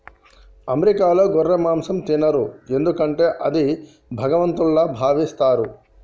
అమెరికాలో గొర్రె మాంసం తినరు ఎందుకంటే అది భగవంతుల్లా భావిస్తారు